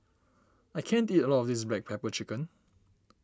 I can't eat all of this Black Pepper Chicken